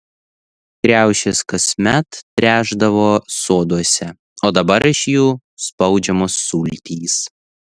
kriaušės kasmet trešdavo soduose o dabar iš jų spaudžiamos sultys